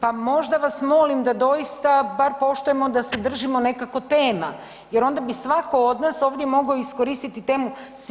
S druge …, pa možda vas molim da doista bar poštujemo da se držimo nekako tema, jer onda bi svatko od nas ovdje mogao iskoristiti temu.